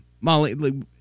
Molly